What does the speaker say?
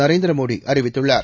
நரேந்திரமோடிஅறிவித்துள்ளார்